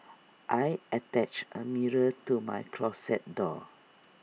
I attached A mirror to my closet door